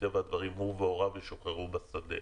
מטבע הדברים הוא והוריו ישוחררו בשדה.